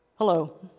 Hello